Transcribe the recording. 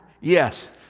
Yes